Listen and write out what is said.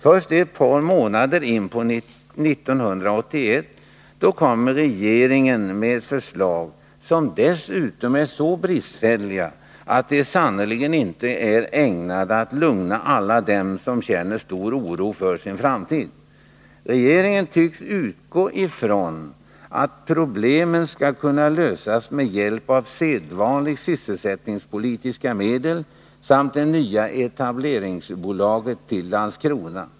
Först ett par månader in på 1981 kommer regeringen med förslag som dessutom är så bristfälliga att de sannerligen inte är ägnade att lugna alla dem som känner stor oro för sin framtid. Regeringen tycks utgå från att problemen skall kunna lösas med hjälp av sedvanliga sysselsättningspolitiska medel samt med det nya etableringsbidraget till Landskrona.